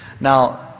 now